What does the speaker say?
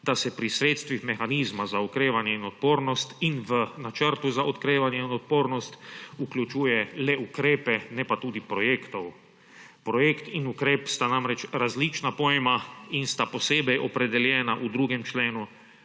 da se pri sredstvih mehanizma za okrevanje in odpornost in v Načrtu za okrevanje in odpornost vključuje le ukrepe ne pa tudi projektov. Projekt in ukrep sta namreč različna pojma in sta posebej opredeljena v 2. členu